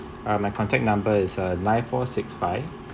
uh my contact number is uh nine four six five